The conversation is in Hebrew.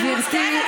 גברתי,